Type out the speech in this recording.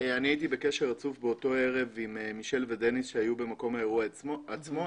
אני הייתי בקשר רצוף באותו ערב עם מישל ודניס שהיו במקום האירוע עצמו.